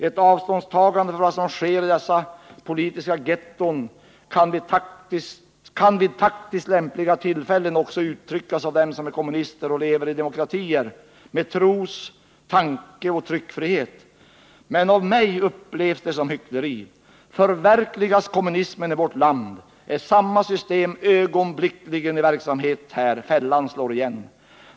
Ett avståndstagande från vad som sker i dessa politiska getton kan vid taktiskt lämpliga tillfällen också uttryckas av dem som är kommunister och lever i demokratier med tros-, tryckoch tankefrihet. Men av mig upplevs det som hyckleri. Förverkligas kommunismen i vårt land är samma system ögonblickligen i verksamhet här. Fällan slår igen.